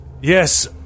Yes